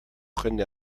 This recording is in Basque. jende